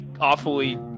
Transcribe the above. awfully